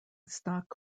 stock